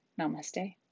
Namaste